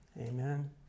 Amen